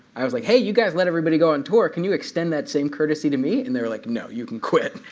i was like, hey, you guys let everybody go on tour. can you extend that same courtesy to me? and they were like, no, you can quit.